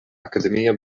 akademia